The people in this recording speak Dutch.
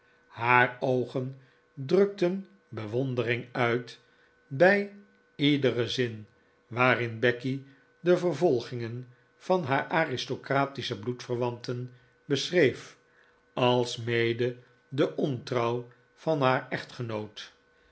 haar oogen drukten bewondering uit bij iederen zin waarin becky de vervolgingen van haar aristocratische bloedverwanten beschreef alsmede de ontrouw van haar echtgenoot